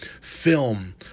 film